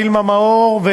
וילמה מאור,